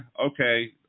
okay